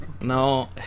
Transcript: No